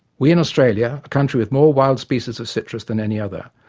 we in australia, a country with more wild species of citrus than any other,